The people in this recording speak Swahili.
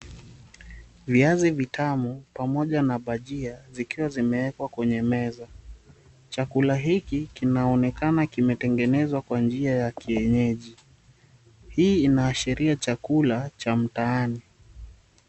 Viazi vitamu, pamoja na bhajia zikiwa zimeekwa kwenye meza. Chakula hiki, kinaonekana kimetengenezwa kwa njia ya kienyeji. Hii inaashiria chakula cha mtaani.